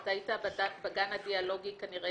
אתה היית בגן הדיאלוגי כנראה